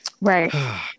Right